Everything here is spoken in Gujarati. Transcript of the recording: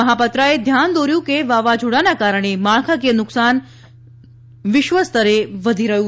મોહાપત્રાએ ધ્યાન દોર્યું હતું કે વાવાઝોડાના કારણે માળખાકીય નુકસાન વિશ્વ સ્તરે વધી રહ્યું છે